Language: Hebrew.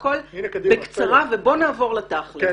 את זה נעשה בקצרה ובוא נעבור לתכלס.